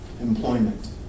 employment